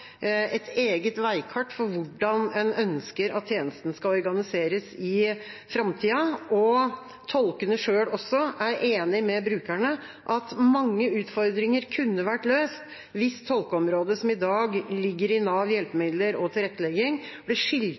et eget veikart for hvordan en ønsker at tjenesten skal organiseres i framtida. Tolkene er også enig med brukerne i at mange utfordringer kunne vært løst hvis tolkeområdet, som i dag ligger i Nav hjelpemidler og tilrettelegging, ble skilt